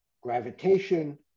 Gravitation